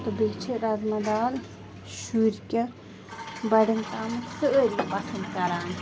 تہٕ بیٚیہِ چھِ رَزما دال شُرۍ کیٛاہ بَڑٮ۪ن تامَتھ سٲری پَسَنٛد کَران